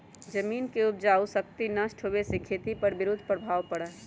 जमीन के उपजाऊ शक्ति नष्ट होवे से खेती पर विरुद्ध प्रभाव पड़ा हई